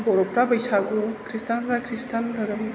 बर'फ्रा बैसागु क्रिसटानफ्रा क्रिसटान धोरोम